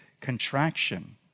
contraction